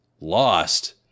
lost